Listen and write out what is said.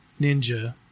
Ninja